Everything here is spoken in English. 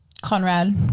Conrad